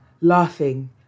laughing